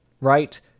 Right